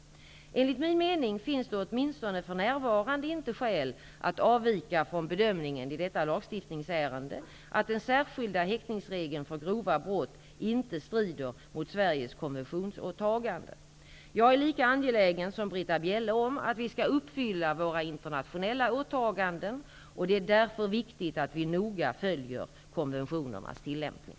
JuU Enligt min mening finns det åtminstone för närvarande inte skäl att avvika från bedömningen i detta lagstiftningsärende att den särskilda häktningsregeln för grova brott inte strider mot Sveriges konventionsåtaganden. Jag är lika angelägen som Britta Bjelle om att vi skall uppfylla våra internationella åtaganden, och det är därför viktigt att vi noga följer konventionernas tillämpning.